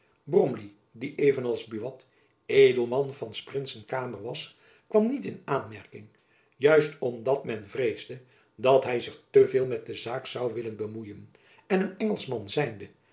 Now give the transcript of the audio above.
bromley die even als buat edelman van s prinsen kamer was kwam niet in aanmerking juist om dat jacob van lennep elizabeth musch men vreesde dat hy zich te veel met de zaak zoû willen bemoeien en een engelschman zijnde